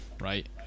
right